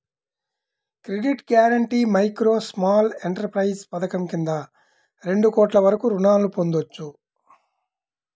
credit guarantee micro, small enterprises పథకం కింద రెండు కోట్ల వరకు రుణాలను పొందొచ్చు